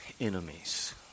enemies